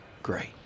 great